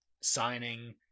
signing